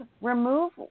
remove